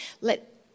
Let